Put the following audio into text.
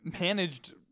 managed